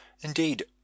Indeed